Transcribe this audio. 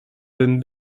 bym